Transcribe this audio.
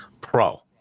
pro